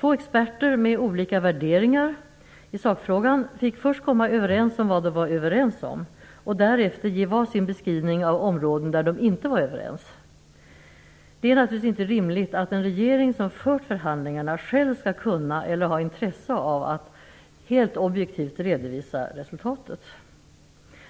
Två experter med olika värderingar i sakfrågan fick först klara ut vad de var överens om och därefter ge var sin beskrivning av områden där de inte var överens. Det är inte rimligt att den regering som fört förhandlingarna själv skall kunna eller ha intresse av att helt objektivt redovisa resultatet.